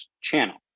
channel